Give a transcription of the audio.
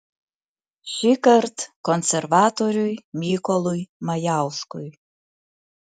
šįkart konservatoriui mykolui majauskui